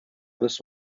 this